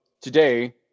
today